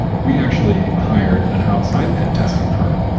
we actually hired an outside pen testing firm.